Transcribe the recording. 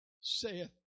saith